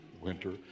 Winter